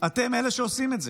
אתם אלה שעושים את זה,